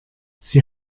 sie